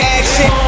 action